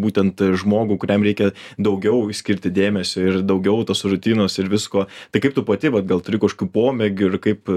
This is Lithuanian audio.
būtent žmogų kuriam reikia daugiau skirti dėmesio ir daugiau tos rutinos ir visko tai kaip tu pati vat gal turi kašokių pomėgių ir kaip